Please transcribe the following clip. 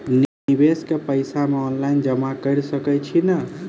निवेश केँ पैसा मे ऑनलाइन जमा कैर सकै छी नै?